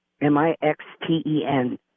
M-I-X-T-E-N